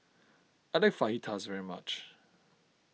I like Fajitas very much